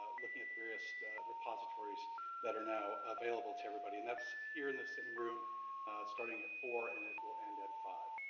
looking at the various repositories that are now available to everybody. and that's here in this same room. it's starting at four and it will end at five.